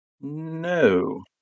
No